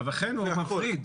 ה"וכן" זה מפריד.